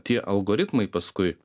tie algoritmai paskui